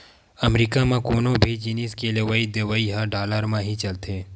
अमरीका म कोनो भी जिनिस के लेवइ देवइ ह डॉलर म ही चलथे